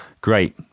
great